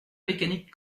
mécanique